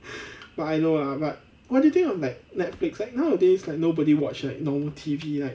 but I know lah but what do you think of like Netflix like nowadays like nobody watch like normal T_V like